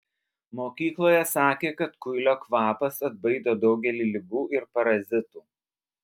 mokykloje sakė kad kuilio kvapas atbaido daugelį ligų ir parazitų